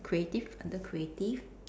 creative under creative